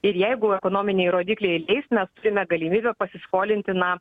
ir jeigu ekonominiai rodikliai leis mes turime galimybę pasiskolinti na